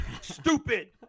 stupid